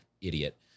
idiot